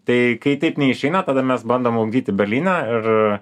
tai kai taip neišeina tada mes bandom ugdyti berlyną ir